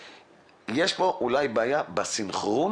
יש כאן אולי בעיה בסנכרון